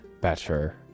better